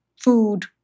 food